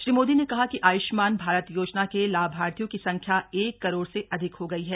श्री मोदी ने कहा कि आयुष्मान भारत योजना के लाभार्थियों की संख्या एक करोड़ से अधिक हो गई हैं